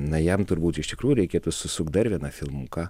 na jam turbūt iš tikrųjų reikėtų susukt dar vieną filmuką